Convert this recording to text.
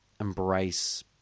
embrace